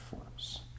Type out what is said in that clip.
forms